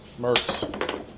Mercs